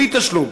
בלי תשלום.